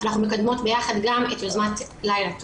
אנחנו מקדמות ביחד גם את יוזמת "לילה טוב",